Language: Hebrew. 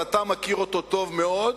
אבל אתה מכיר אותו טוב מאוד,